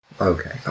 Okay